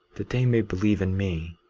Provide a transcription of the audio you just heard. that they may believe in me,